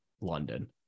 london